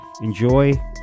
enjoy